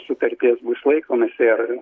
sutarties bus laikomasi ir